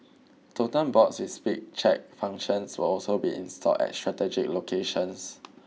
totem boards with speed check functions will also be installed at strategic locations